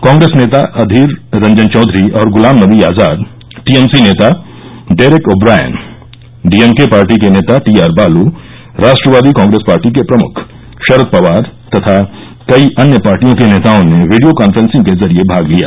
कांग्रेस नेता अधीर रंजन चौधरी और गुलाम नबी आजाद टीएमसी नेता डेरेक ओब्रायन डीएमके पार्टी के नेता टीआरबाल राष्ट्रवादी कांग्रेस पार्टी के प्रमुख शरद पवार तथा कई अन्य पार्टियों के नेताओं ने वीडियो कांक्रेंसिंग के जरिये भाग लिया